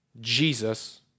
Jesus